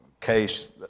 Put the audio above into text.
Case